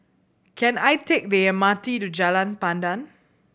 can I take the M R T to Jalan Pandan